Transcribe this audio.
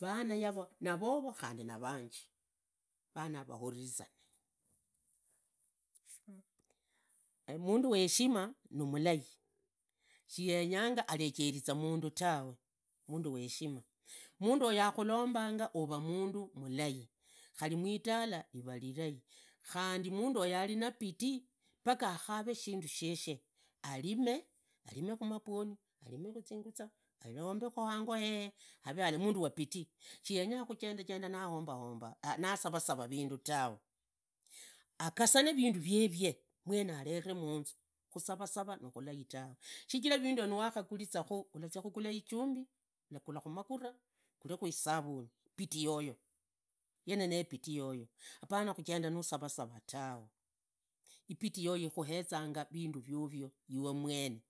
Vanayavo nivovo, khandi ni ange, vana vahurizane, mundu wa heshima nimulai, shiyenyanga arejeriza mundu tawe mundu wa heshima. Mundogo akhumulombanga uvamundu mulai, khari mwitala rivu rirai, khandi mundogo hari na bidii paka akhave shindu sheshe arime, arimekhu mabwoni, anmezingisha, arombekhu hango hehe avee hari mundu wa bidii, shigenyandu nasavasa vindu tawe agasane vindu vievie mwene arele munzu, khusavasa nivulai tawe, shichira vinduyero nuwakhurizaghu ulazia khughula ijumbi, ulagula magura, uvuvekhu isavuni ibidii yoyo ikhuezanga vindu vyovyo mwene.